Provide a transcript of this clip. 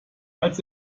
als